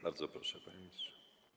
Bardzo proszę, panie ministrze.